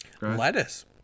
lettuce